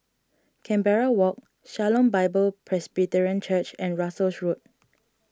Canberra Walk Shalom Bible Presbyterian Church and Russels Road